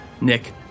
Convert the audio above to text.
Nick